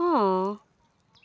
ହଁ